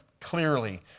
clearly